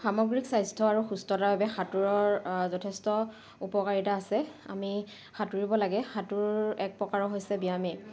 সামগ্ৰিক স্বাস্থ্য আৰু সুস্থতাৰ বাবে সাঁতোৰৰ যথেষ্ট উপকাৰিতা আছে আমি সাঁতুৰিব লাগে সাঁতোৰ এক প্ৰকাৰৰ হৈছে ব্যায়ামে